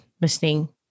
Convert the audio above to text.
listening